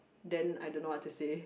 then I don't know what to say